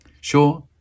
Sure